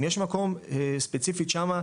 אם יש מקום ספציפית שמה,